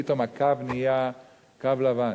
פתאום הקו נהיה קו לבן.